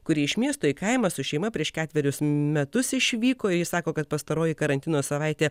kuri iš miesto į kaimą su šeima prieš ketverius metus išvyko ji sako kad pastaroji karantino savaitė